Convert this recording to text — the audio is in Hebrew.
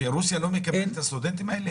שרוסיה לא מקבלת את הסטודנטים האלה?